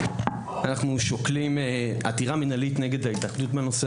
אנחנו שוקלים עתירה מנהלית נגד ההתאחדות בנושא